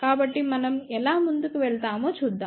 కాబట్టి మనం ఎలా ముందుకు వెళ్తామో చూద్దాం